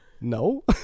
no